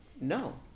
no